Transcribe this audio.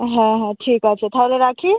হ্যাঁ হ্যাঁ ঠিক আছে তাহলে রাখি